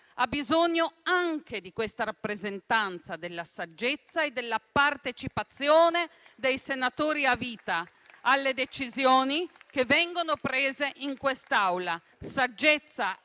ha bisogno anche della rappresentanza della saggezza e della partecipazione dei senatori a vita alle decisioni che vengono prese in quest'Aula